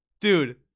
dude